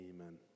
Amen